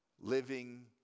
living